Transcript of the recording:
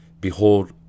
Behold